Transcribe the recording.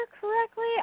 correctly